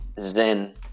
zen